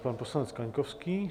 Pan poslanec Kaňkovský.